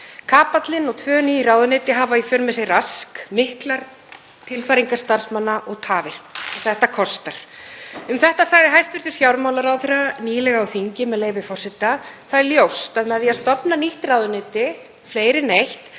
Kapallinn og tvö ný ráðuneyti hafa í för með sér rask, miklar tilfæringar starfsmanna og tafir og þetta kostar. Um þetta sagði hæstv. fjármálaráðherra nýlega á þingi, með leyfi forseta: „… það er ljóst að með því að stofna nýtt ráðuneyti, fleiri en eitt,